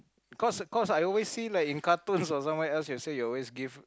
cause cause I always see like in cartoons or somewhere else you say you always give